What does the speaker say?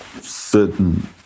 certain